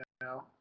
now